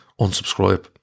unsubscribe